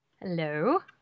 Hello